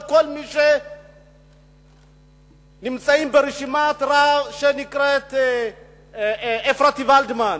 כל מי שנמצא ברשימה שנקראת "אפרתי-ולדמן".